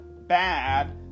bad